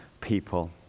people